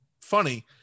funny